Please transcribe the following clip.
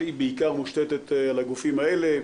שהיא בעיקר מושתתת על הגופים האלה.